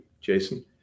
Jason